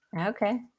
Okay